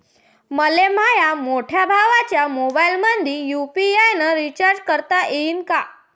मले माह्या मोठ्या भावाच्या मोबाईलमंदी यू.पी.आय न रिचार्ज करता येईन का?